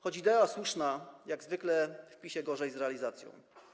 Choć idea słuszna, jak zwykle w PiS-ie gorzej z realizacją.